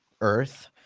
earth